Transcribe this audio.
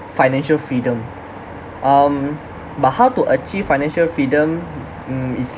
financial freedom um but how to achieve financial freedom mm is